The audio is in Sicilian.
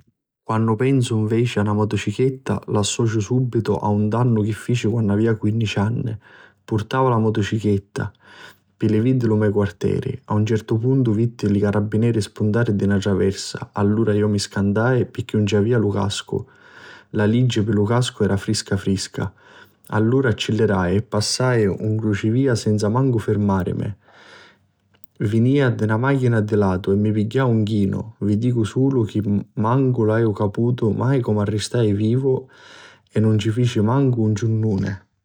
Quannu pensu nveci a na motocichetta l'associu subitu a un dannu chi fici quannu avia quinnici anni. Purtava la motochichetta pi li vii di lu me quarteri, a un certu puntu vitti li carrabineri spuntari di na traversa, allura iu mi scantai pirchì nun ci avia lu cascu (la liggi pi lu cascu era frisca frisca) allura accillirai e passai un crucivia senza mancu firmarini. Vinia na machina di ddu latu e mi pigghiau 'n chinu. Vi dicu sulu chi mancu haiu caputu mai comu arristai vivu e nun mi fici mancu un ciunnuni.